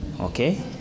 Okay